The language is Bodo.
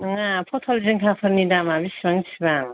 नङा फथल जिंखाफोरनि दामा बिसिबां बिसिबां